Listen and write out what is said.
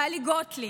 טלי גוטליב,